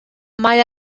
mae